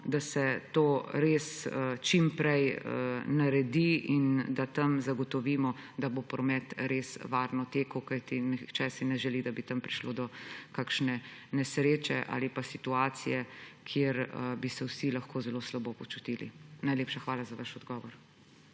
da se to res čim prej naredi in da tam zagotovimo, da bo promet res varno tekel, kajti nihče si ne želi, da bi tam prišlo do kakšne nesreče ali situacije, ob kateri bi se lahko vsi zelo slabo počutili. Najlepša hvala za vaš odgovor.